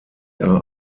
are